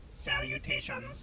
Salutations